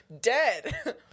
Dead